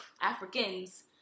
Africans